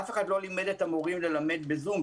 אף אחד לא לימד את המורים ללמד בזום.